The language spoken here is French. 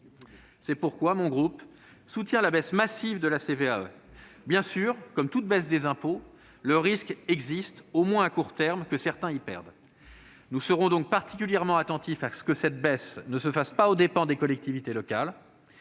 C'est pourquoi notre groupe soutient la baisse massive de la CVAE. Bien sûr, comme toute baisse des impôts, le risque existe, au moins à court terme, que certains y perdent. Nous serons donc particulièrement attentifs à ce que cette baisse ne se fasse pas aux dépens des collectivités locales,